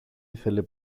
ήθελε